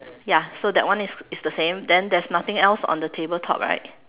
ya so that one is is the same then there's nothing else on the tabletop right